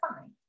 fine